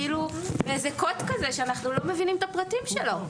כאילו יש איזה קוד שאנחנו לא מבינים את הפרטים שלו.